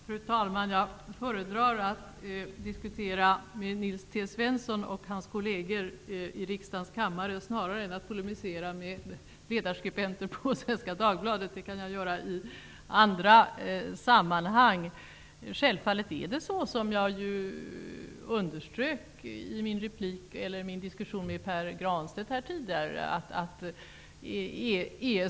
Fru talman! Jag föredrar att diskutera med Nils T Svensson och hans kolleger i riksdagens kammare framför att polemisera med ledarskribenter på Svenska Dagbladet. Det kan jag göra i andra sammanhang. ESK är självfallet inte en militär organisation -- det underströk jag i min diskussion med Pär Granstedt.